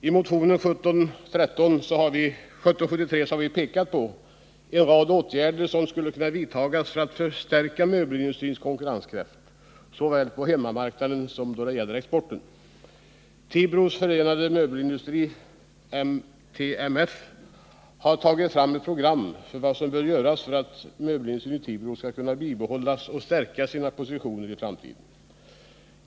I motion 1773 pekar vi på en rad åtgärder som skulle kunna vidtas för att förstärka möbelindustrins konkurrenskraft såväl på hemmamarknaden som på exportmarknaden. Tibro Förenade Möbelfabriker, TFM, har tagit fram ett program för vad som bör göras för att möbelindustrin i Tibro skall kunna behålla och stärka sina positioner i framtiden.